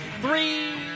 Three